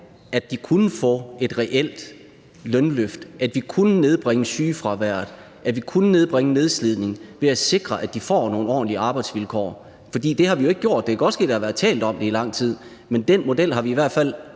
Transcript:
at de kunne få et reelt lønløft, at vi kunne nedbringe sygefraværet, at vi kunne nedbringe nedslidningen ved at sikre, at de får nogle ordentlige arbejdsvilkår, for det har vi jo ikke gjort. Det kan godt ske, at der har været talt om det i lang tid, men den model har vi i hvert fald